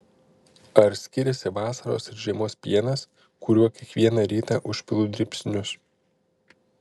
ar skiriasi vasaros ir žiemos pienas kuriuo kiekvieną rytą užpilu dribsnius